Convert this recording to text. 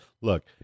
Look